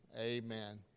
Amen